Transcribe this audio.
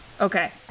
Okay